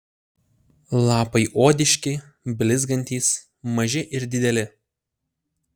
lapai odiški blizgantys maži ir dideli